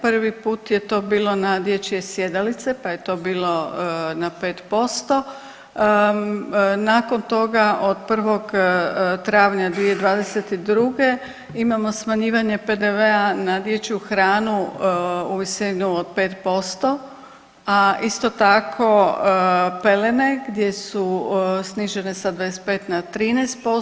Prvi put je to bilo na dječje sjedalice pa je to bilo na 5% Nakon toga od 1. travnja 2022. imamo smanjivanje PDV-a na dječju hranu u visini od 5%, a isto tako pelene gdje su snižene sa 25 na 13%